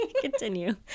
Continue